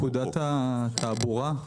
פקודת התעבורה.